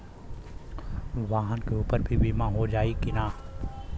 वाहन के ऊपर भी बीमा हो जाई की ना?